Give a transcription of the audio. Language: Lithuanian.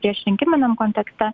priešrinkiminiam kontekste